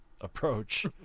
approach